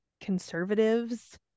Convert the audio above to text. conservatives